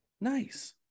Nice